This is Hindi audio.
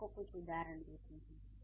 मैं आपको कुछ उदाहरण देती हूँ